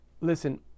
Listen